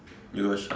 you got a shop